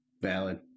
Valid